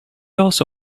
also